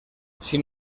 sin